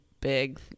big